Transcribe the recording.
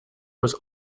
was